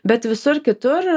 bet visur kitur